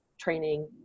training